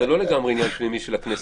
זה לא לגמרי עניין פנימי של הכנסת.